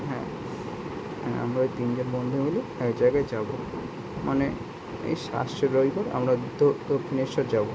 হ্যাঁ আমরা এই তিনজন বন্ধু মিলে এক জায়গায় যাবো মানে এই সাতাশ ফেব্রুয়ারিতে আমরা দক্ষিণেশ্বর যাবো